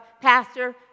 pastor